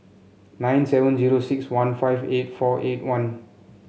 nine seven zero six one five eight four eight one